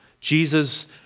Jesus